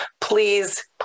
please